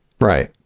Right